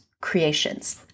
creations